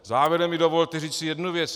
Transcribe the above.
Závěrem mi dovolte říci jednu věc.